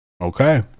Okay